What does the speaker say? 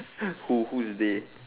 who who is they